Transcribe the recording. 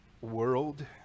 world